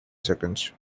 seconds